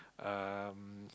um